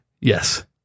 Yes